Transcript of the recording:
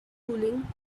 cooling